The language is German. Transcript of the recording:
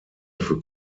für